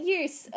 use